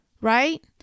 right